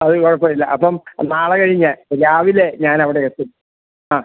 അത് കുഴപ്പം ഇല്ല അപ്പം നാളെ കഴിഞ്ഞ് രാവിലെ ഞാനവിടെയെത്തും ആ